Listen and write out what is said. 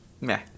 meh